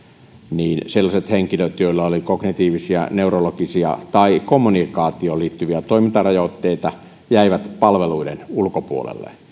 niin sellaiset henkilöt joilla oli kognitiivisia neurologisia tai kommunikaatioon liittyviä toimintarajoitteita jäivät palveluiden ulkopuolelle